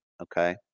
Okay